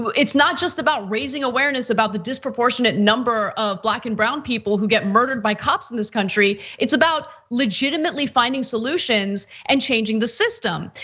it's not just about raising awareness, about the disproportionate number of black and brown people who get murdered by cops in this country. it's about legitimately finding solutions and changing the system.